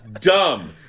Dumb